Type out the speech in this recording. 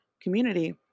community